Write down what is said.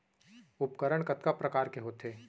उपकरण कतका प्रकार के होथे?